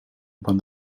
pan